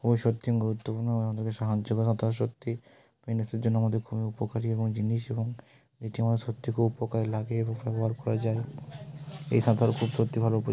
ও সব থেকে গুরুত্বপূর্ণ আমাদেরকে সাহায্য করে সাঁতার সত্যিই ফিটনেসের জন্য আমাদের খুবই উপকারী জিনিস এবং এটি আমাদের সত্যি খুব উপকারে লাগে এবং এই সাঁতার খুব সত্যি ভালো উপ